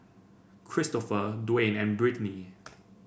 Cristofer Dwane and Brittny